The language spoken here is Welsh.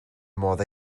modd